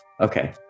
Okay